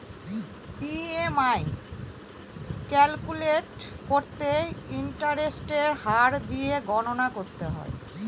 EMI calculate করতে ইন্টারেস্টের হার দিয়ে গণনা করতে হয়